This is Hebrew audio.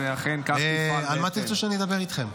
על מה תרצו שאני אדבר איתכם?